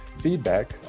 feedback